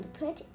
put